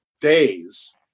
days